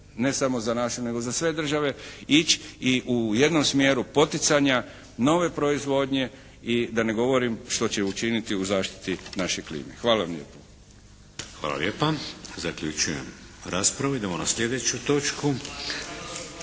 ne samo za nas nego i za sve države, ići i u jednom smjeru poticanja nove proizvodnje i da ne govorim što će učiniti u zaštiti naše klime. Hvala vam lijepo. **Šeks, Vladimir (HDZ)** Hvala lijepa. Zaključujem raspravu. Idemo na sljedeću točku.